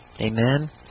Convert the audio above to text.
Amen